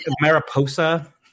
Mariposa